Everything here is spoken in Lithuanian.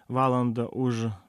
valandą už